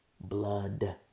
blood